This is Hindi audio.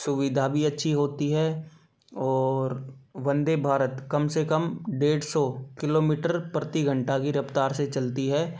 सुविधा भी अच्छी होती है और वंदे भारत कम से कम डेढ़ सौ किलोमीटर प्रति घंटा की रफ़्तार से चलती है